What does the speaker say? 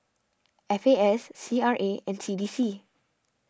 F A S C R A and C D C